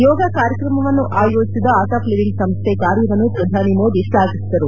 ಯೋಗ ಕಾರ್ಕ್ರಕ್ರಮವನ್ನು ಆಯೋಜಿಸಿದ Art of Living ಸಂಸ್ಥೆ ಕಾರ್ಕವನ್ನು ಪ್ರಧಾನಿ ಮೋದಿ ಶ್ವಾಘಿಸಿದರು